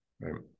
Right